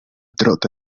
trote